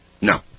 No